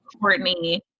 Courtney